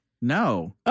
no